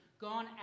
gone